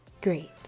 Great